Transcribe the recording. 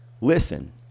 listen